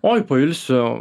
oi pailsiu